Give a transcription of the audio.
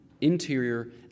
interior